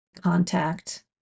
contact